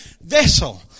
vessel